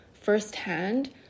firsthand